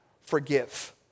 forgive